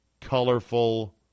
colorful